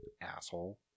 Asshole